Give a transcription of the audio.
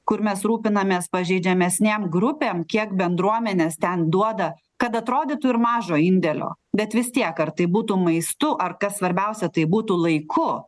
kur mes rūpinamės pažeidžiamesnėm grupėm kiek bendruomenės ten duoda kad atrodytų ir mažo indėlio bet vis tiek ar tai būtų maistu ar kas svarbiausia tai būtų laiku